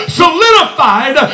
solidified